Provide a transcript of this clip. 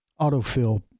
autofill